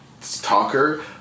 talker